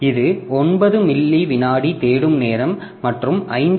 எனவே இது 9 மில்லி விநாடி தேடும் நேரம் மற்றும் 5